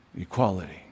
Equality